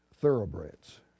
thoroughbreds